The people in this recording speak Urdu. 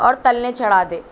اور تلنے چڑھا دے